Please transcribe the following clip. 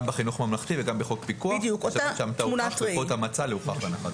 גם בחינוך הממלכתי וגם בחוק פיקוח החלפנו את "מצא" ל"הוכח להנחת דעתו".